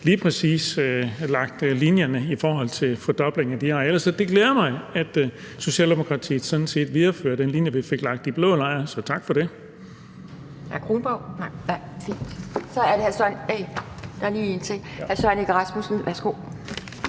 lige præcis fik lagt linjerne i forhold til en fordobling af de arealer. Det glæder mig, at Socialdemokratiet sådan set viderefører den linje, vi fik lagt i blå lejr, så tak for det.